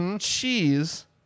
cheese